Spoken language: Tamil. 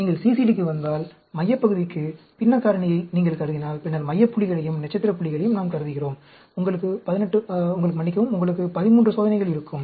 நீங்கள் CCD க்கு வந்தால் மையப் பகுதிக்கு பின்னக் காரணியை நீங்கள் கருதினால் பின்னர் மைய புள்ளிகளையும் நட்சத்திர புள்ளிகளையும் நாம் கருதுகிறோம் உங்களுக்கு 13 சோதனைகள் இருக்கும்